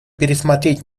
пересмотреть